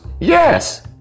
yes